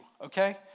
okay